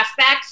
flashbacks